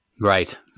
Right